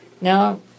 Now